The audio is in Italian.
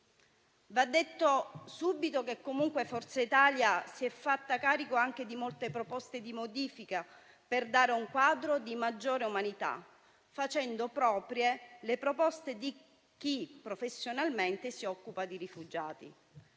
Va detto subito che comunque Forza Italia si è fatta carico anche di molte proposte di modifica per dare un quadro di maggiore umanità, facendo proprie le proposte di chi professionalmente si occupa di rifugiati.